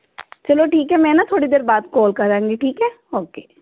ਚਲੋ ਠੀਕ ਹੈ ਮੈਂ ਨਾ ਥੋੜ੍ਹੀ ਦੇਰ ਬਾਅਦ ਕੋਲ ਕਰਾਂਗੀ ਠੀਕ ਹੈ ਓਕੇ